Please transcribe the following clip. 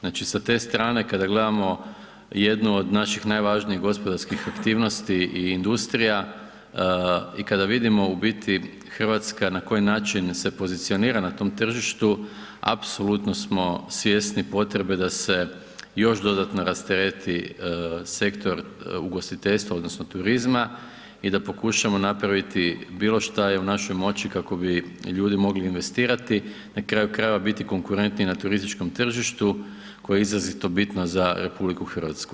Znači sa te strane kada gledamo jednu od naših najvažnijih gospodarskih aktivnosti i industrija i kada vidimo u biti Hrvatska na koji način se pozicionira na tom tržištu, apsolutno smo svjesni potrebe da se još dodatno rastereti sektor ugostiteljstva odnosno turizma i da pokušavamo napraviti bilo šta je u našoj moći kako bi ljudi mogli investirati i na kraju krajeva biti konkurentniji na turističkom tržištu koje je izuzetno bitno za RH.